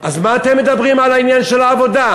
אז מה אתם מדברים על העניין של העבודה,